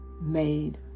made